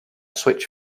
switch